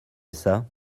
usa